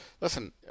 listen